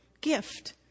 gift